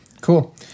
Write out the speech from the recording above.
Cool